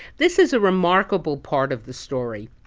this is a remarkable part of the story.